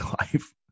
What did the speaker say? life